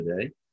today